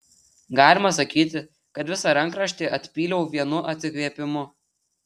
galima sakyti kad visą rankraštį atpyliau vienu atsikvėpimu